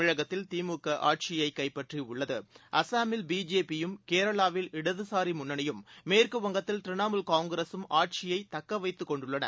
தமிழகத்தில் திமுக ஆட்சியை கைப்பற்றியுள்ளது அஸ்ஸாமில் பிஜேபியும் கேரளாவில் இடதுசாரி முன்னணியும் மேற்குவங்கத்தில் திரிணமூல் காங்கிரசும் ஆட்சியை தக்கவைத்துக் கொண்டுள்ளன